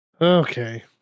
Okay